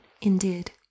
indeed